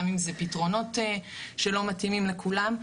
גם אם אלו פתרונות שלא מתאימים לכולם.